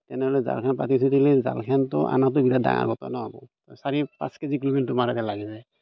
তেনেহ'লে জালখন পাতি থৈ দিলে জালখনতো অনাটো বিৰাট ডাঙৰ ঘটনা হ'ব চাৰি পাঁচ কেজিকলৈ তোমাৰ